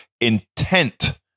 intent